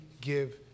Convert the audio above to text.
give